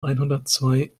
einhundertzwei